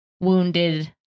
wounded